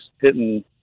hitting